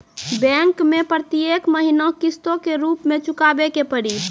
Bank मैं प्रेतियेक महीना किस्तो के रूप मे चुकाबै के पड़ी?